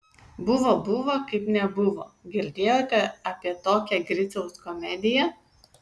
buvo buvo kaip nebuvo girdėjote apie tokią griciaus komediją